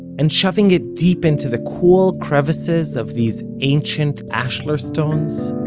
and shoving it deep into the cool crevices of these ancient ashlar stones?